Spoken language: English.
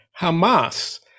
Hamas